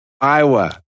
Iowa